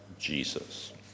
Jesus